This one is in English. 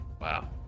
Wow